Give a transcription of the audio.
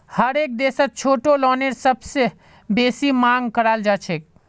हरेक देशत छोटो लोनेर सबसे बेसी मांग कराल जाछेक